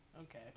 okay